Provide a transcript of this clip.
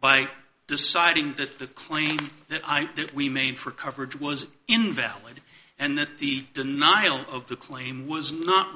by deciding that the claim that i do we made for coverage was invalid and that the denial of the claim was not